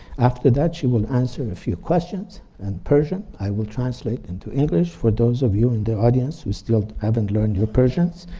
after that she will answer a few questions in and persian i will translate into english, for those of you in the audience we still haven't learned your persian,